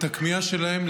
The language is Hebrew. את הכמיהה שלהן,